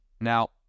Now